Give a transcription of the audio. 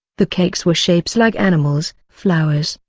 the cakes were shapes like animals, flowers,